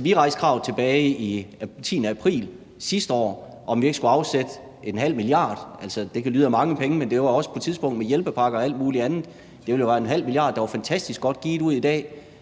Vi rejste kravet tilbage den 10. april sidste år om, at vi skulle afsætte 0,5 mia. kr. – det kan lyde af mange penge, men det var jo også på et tidspunkt med hjælpepakker og alt muligt andet. Det ville jo være en halv milliard, der var fantastisk godt givet ud, hvis